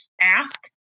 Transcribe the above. ask